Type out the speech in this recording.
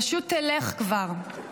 פשוט תלך כבר.